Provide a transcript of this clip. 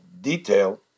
detail